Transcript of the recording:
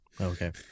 Okay